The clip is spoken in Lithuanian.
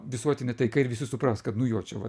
visuotinė taika ir visi supras kad nu jo čia